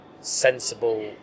sensible